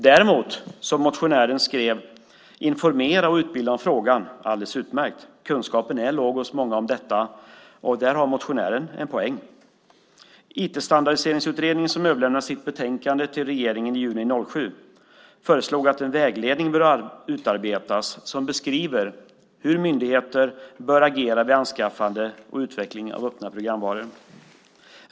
Däremot, som motionären skrev, kan man informera och utbilda om frågan. Det är alldeles utmärkt. Kunskapen om detta är låg hos många, och där har motionären en poäng. IT-standardiseringsutredningen som överlämnade sitt betänkande till regeringen i juni 2007 föreslog att en vägledning bör utarbetas som beskriver hur myndigheter bör agera vid anskaffande och utveckling av öppna programvaror.